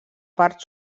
part